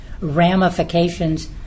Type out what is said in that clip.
ramifications